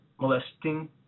molesting